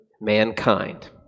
mankind